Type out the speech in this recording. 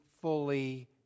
fully